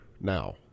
now